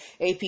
AP